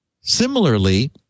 Similarly